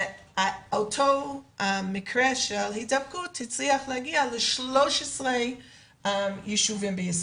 ואותו מקרה של הדבקה הצליח להגיע ל-13 ישובים בישראל.